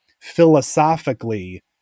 philosophically